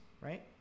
right